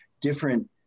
different